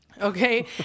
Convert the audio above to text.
Okay